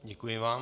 Děkuji vám.